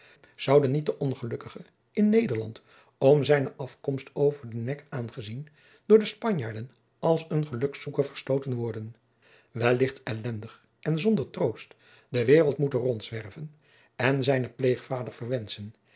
zoude niet de ongelukkige in nederland om zijne afkomst over den nek aangezien door de spanjaarden als een gelukzoeker verstoten worden wellicht elendig en zonder troost de waereld moeten rondzwerven en zijnen pleegvader verwenschen